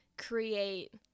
create